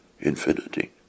infinity